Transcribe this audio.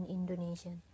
Indonesia